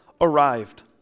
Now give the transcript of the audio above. arrived